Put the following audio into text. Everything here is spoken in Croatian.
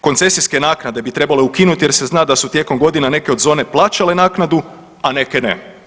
Koncesijske naknade bi trebalo ukinuti jer se zna da su tijekom godina neke od zona plaćale naknadu, a neke ne.